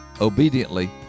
Obediently